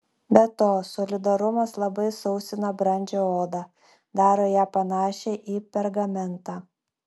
be to soliariumas labai sausina brandžią odą daro ją panašią į pergamentą